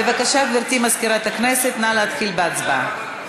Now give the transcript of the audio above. בבקשה, גברתי מזכירת הכנסת, נא להתחיל בהצבעה.